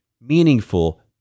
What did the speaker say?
meaningful